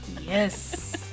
Yes